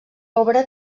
obra